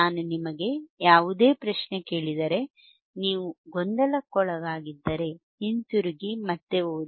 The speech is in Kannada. ನಾನು ನಿಮಗೆ ಯಾವುದೇ ಪ್ರಶ್ನೆ ಕೇಳಿದರೆ ನೀವು ಗೊಂದಲಕ್ಕೊಳಗಾಗಿದ್ದರೆ ಹಿಂತಿರುಗಿ ಮತ್ತು ಓದಿ